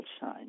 shine